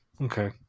Okay